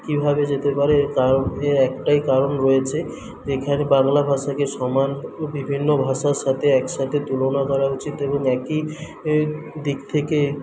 কীভাবে যেতে পারে এর কারণ এর একটাই কারণ রয়েছে এখানে বাংলা ভাষাকে সমান ও বিভিন্ন ভাষার সঙ্গে একসঙ্গে তুলনা করা উচিত এবং একই দিক থেকে